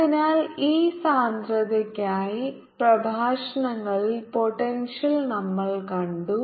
അതിനാൽ ഈ സാന്ദ്രതയ്ക്കായി പ്രഭാഷണങ്ങളിൽ പോട്ടെൻഷ്യൽ നമ്മൾ കണ്ടു